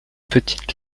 petite